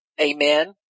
Amen